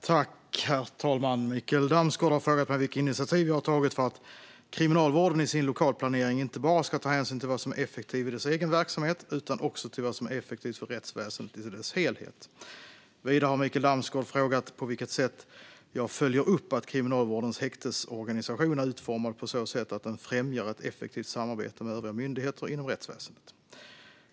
Herr talman! Mikael Damsgaard har frågat mig vilka initiativ jag har tagit för att Kriminalvården i sin lokalplanering inte bara ska ta hänsyn till vad som är effektivt i dess egen verksamhet utan också till vad som är effektivt för rättsväsendet i dess helhet. Vidare har Mikael Damsgaard frågat på vilket sätt jag följer upp att Kriminalvårdens häktesorganisation är utformad på så sätt att den främjar ett effektivt samarbete med övriga myndigheter inom rättsväsendet.